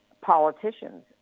politicians